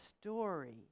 story